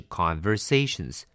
conversations